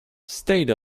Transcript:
stayed